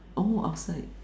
oh outside